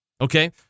Okay